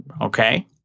okay